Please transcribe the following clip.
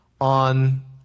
on